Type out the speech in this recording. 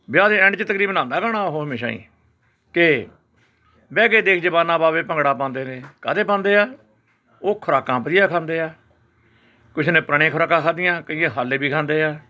ਵਿਆਹ ਦੇ ਐਂਡ 'ਚ ਤਕਰੀਬਨ ਆਉਂਦਾ ਗਾਣਾ ਉਹ ਹਮੇਸ਼ਾ ਹੀ ਕਿ ਬਹਿ ਕੇ ਦੇਖ ਜਵਾਨਾ ਪਾਵੇ ਭੰਗੜਾ ਪਾਉਂਦੇ ਨੇ ਕਾਹਦੇ ਪਾਉਂਦੇ ਆ ਉਹ ਖੁਰਾਕਾਂ ਵਧੀਆ ਖਾਂਦੇ ਆ ਕਿਸੇ ਨੇ ਪੁਰਾਣੀਆਂ ਖੁਰਾਕਾਂ ਖਾਧੀਆਂ ਕਈ ਹਜੇ ਵੀ ਖਾਂਦੇ ਆ